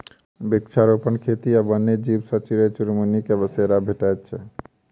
वृक्षारोपण खेती सॅ वन्य जीव आ चिड़ै चुनमुनी के बसेरा भेटैत छै